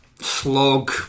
Slog